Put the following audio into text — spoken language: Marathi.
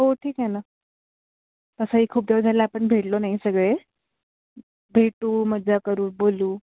हो ठीक आहे ना तसं ही खूप दिवस झाले आहे आपण भेटलो नाही सगळे भेटू मज्जा करू बोलू